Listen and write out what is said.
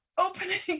opening